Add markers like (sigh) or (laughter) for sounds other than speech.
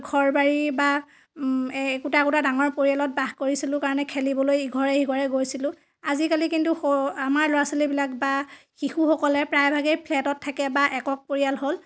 ঘৰ বাৰী বা একোটা একোটা ডাঙৰ পৰিয়ালত বাস কৰিছিলোঁ কাৰণে খেলিবলৈ ইঘৰে সিঘৰে গৈছিলোঁ আজিকালি কিন্তু (unintelligible) আমাৰ ল'ৰা ছোৱালীবিলাক বা শিশুসকলে প্ৰায়ভাগেই ফ্লেটত থাকে বা একক পৰিয়াল হ'ল